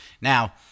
Now